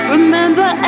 Remember